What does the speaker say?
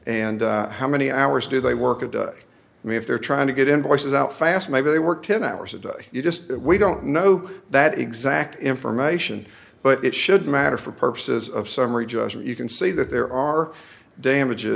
and how many hours do they work at me if they're trying to get invoices out fast maybe they work ten hours a day you just we don't know that exact information but it should matter for purposes of summary judgment you can see that there are damages